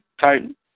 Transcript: Titan